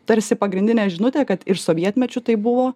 tarsi pagrindinė žinutė kad ir sovietmečiu taip buvo